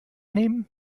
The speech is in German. nehmen